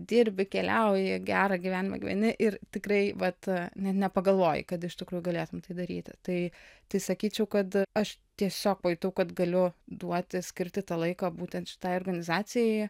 dirbi keliauji gerą gyvenimą gyveni ir tikrai vat net nepagalvoji kad iš tikrųjų galėtum tai daryti tai tai sakyčiau kad aš tiesiog pajutau kad galiu duoti skirti tą laiką būtent šitai organizacijai